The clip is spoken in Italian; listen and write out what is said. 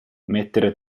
mettere